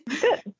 Good